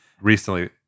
Recently